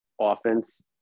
offense